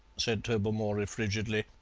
said tobermory frigidly.